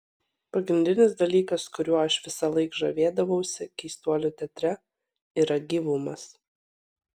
pagrindinis dalykas kuriuo aš visąlaik žavėdavausi keistuolių teatre yra gyvumas